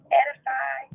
edify